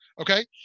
okay